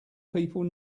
people